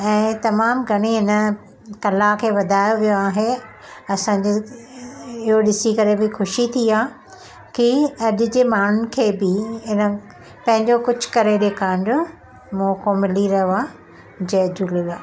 ऐं तमामु घणी हिन कला खे वधायो वियो आहे असांजे इहो ॾिसी करे बि ख़ुशी थी आहे की अॼु जे माण्हुनि खे बि हिन पंहिंजो कुझु करे ॾेखारण जो मौक़ो मिली रहियो आहे जय झूलेलाल